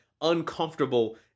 uncomfortable